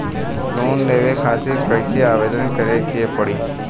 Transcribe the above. Loan लेवे खातिर कइसे आवेदन करें के पड़ी?